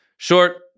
Short